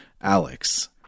Alex